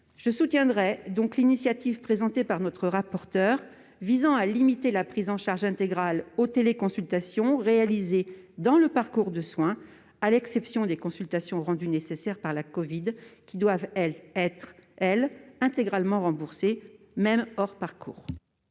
Je soutiendrai donc l'initiative présentée par notre rapporteure visant à limiter la prise en charge intégrale aux téléconsultations réalisées dans le parcours de soins, avec une exception pour les consultations rendues nécessaires par la covid-19, qui doivent, elles, être intégralement remboursées, même hors parcours.